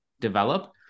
develop